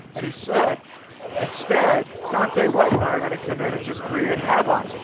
and he said instead donntay white and i are going to come in and just create havoc.